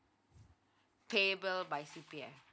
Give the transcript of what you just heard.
pay via C_P_F